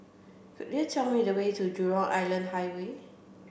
could you tell me the way to Jurong Island Highway